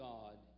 God